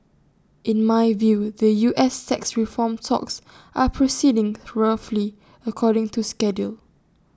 in my view the U S tax reform talks are proceeding roughly according to schedule